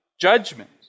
judgment